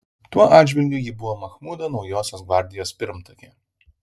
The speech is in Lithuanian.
tuo atžvilgiu ji buvo machmudo naujosios gvardijos pirmtakė